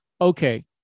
Okay